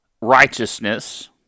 righteousness